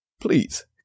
Please